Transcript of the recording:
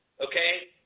okay